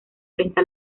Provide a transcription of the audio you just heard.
frente